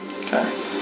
Okay